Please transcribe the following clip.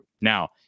Now